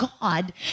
God